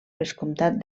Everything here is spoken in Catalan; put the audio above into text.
vescomtat